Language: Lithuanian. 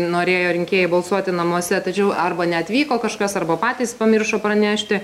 norėjo rinkėjai balsuoti namuose tačiau arba neatvyko kažkas arba patys pamiršo pranešti